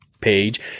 page